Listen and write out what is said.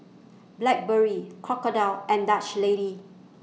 Blackberry Crocodile and Dutch Lady